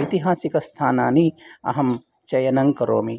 ऐतिहासिकस्थानानि अहं चयनं करोमि